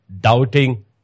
Doubting